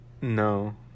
No